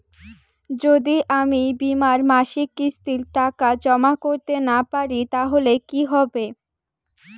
যদি আমি বীমার মাসিক কিস্তির টাকা জমা করতে না পারি তাহলে কি হবে?